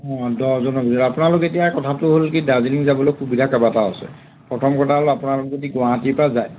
অ' দহজন আপোনালোক এতিয়া কথাটো হ'ল কি দাৰ্জিলিং যাবলৈ সুবিধা কেইবাটাও আছে প্ৰথম কথা হ'ল আপোনালোক যদি গুৱাহাটীৰ পৰা যায়